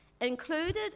Included